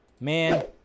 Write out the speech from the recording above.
Man